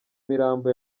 mirambo